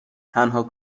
تنها